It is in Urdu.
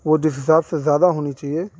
وہ جس حساب سے زیادہ ہونی چہیے